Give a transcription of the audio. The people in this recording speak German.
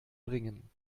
bringen